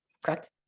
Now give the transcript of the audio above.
Correct